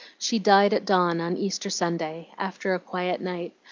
she died at dawn on easter sunday, after a quiet night,